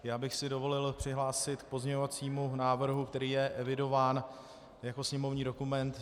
Já bych si dovolil se přihlásit k pozměňovacímu návrhu, který je evidován jako sněmovní dokument 6172.